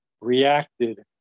reacted